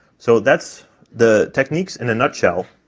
so that's the techniques in a nutshell,